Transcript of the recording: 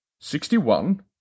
Sixty-one